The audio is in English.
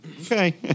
Okay